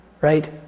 Right